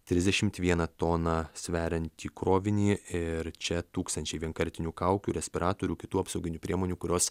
trisdešimt vieną toną sveriantį krovinį ir čia tūkstančiai vienkartinių kaukių respiratorių kitų apsauginių priemonių kurios